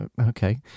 okay